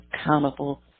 accountable